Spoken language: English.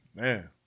man